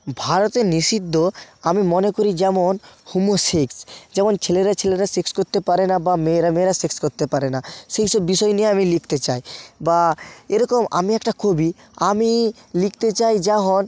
ভারতে নিষিদ্ধ আমি মনে করি যেমন হোমোসেক্স যেমন ছেলেরা ছেলেরা সেক্স করতে পারে না বা মেয়েরা মেয়েরা সেক্স করতে পারে না সেইসব বিষয় নিয়ে আমি লিখতে চাই বা এরকম আমি একটা কবি আমি লিখতে চাই যেমন